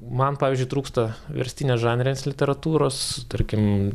man pavyzdžiui trūksta verstinės žanrinės literatūros tarkim